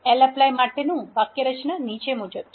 lapply માટેનું વાક્યરચના નીચે મુજબ છે